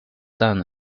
done